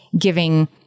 giving